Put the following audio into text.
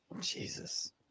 Jesus